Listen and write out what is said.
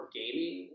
gaming